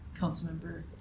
Councilmember